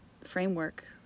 framework